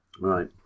Right